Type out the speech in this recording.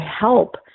help